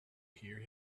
hear